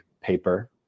paper